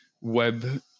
web